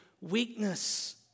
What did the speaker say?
weakness